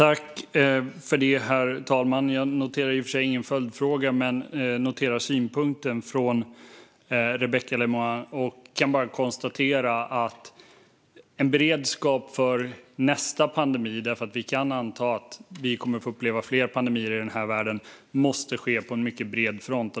Herr talman! Jag noterade i och för sig ingen följdfråga, men jag noterar synpunkten från Rebecka Le Moine. Jag kan bara konstatera att beredskap mot nästa pandemi - för vi kan anta att vi kommer att få uppleva fler pandemier i världen - måste ske på mycket bred front.